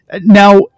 now